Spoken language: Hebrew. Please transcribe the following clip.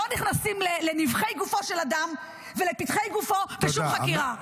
לא נכנסים לנבכי גופו של אדם ולפתחי גופו בשום חקירה.